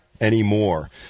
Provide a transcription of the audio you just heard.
anymore